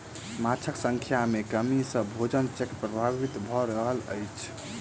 माँछक संख्या में कमी सॅ भोजन चक्र प्रभावित भ रहल अछि